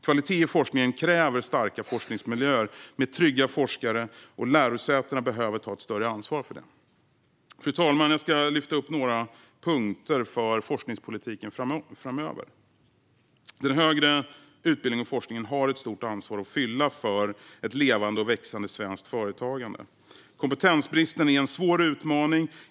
Kvalitet i forskningen kräver starka forskningsmiljöer med trygga forskare. Lärosätena behöver ta ett större ansvar för detta. Fru talman! Jag ska lyfta upp några punkter för forskningspolitiken framöver. Den högre utbildningen och forskningen har ett stort ansvar att ta för ett levande och växande svenskt företagande. Kompetensbristen är en svår utmaning.